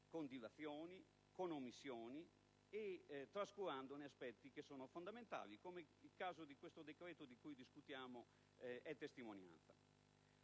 con dilazioni, omissioni e trascurandone aspetti fondamentali, come il caso del decreto di cui discutiamo è testimonianza.